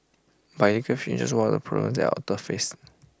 but illegal fishing is just one of the the face